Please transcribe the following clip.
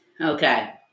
okay